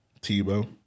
Tebow